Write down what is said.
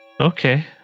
Okay